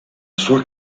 sua